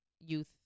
youth